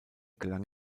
gelang